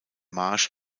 marsch